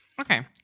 Okay